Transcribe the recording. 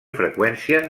freqüència